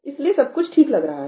इसलिए सब कुछ ठीक लग रहा है